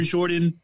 Jordan